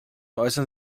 äußern